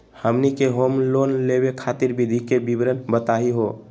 हमनी के home loan लेवे खातीर विधि के विवरण बताही हो?